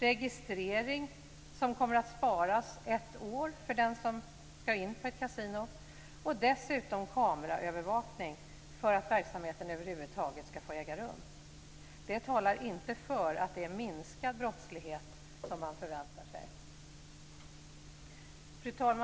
registrering som sparas ett år av den som går in på ett kasino och dessutom kameraövervakning för att verksamheten över huvud taget skall få äga rum. Detta talar inte för att det är minskad brottslighet som man förväntar sig. Fru talman!